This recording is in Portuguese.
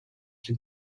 que